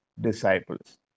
disciples